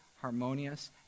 harmonious